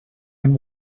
and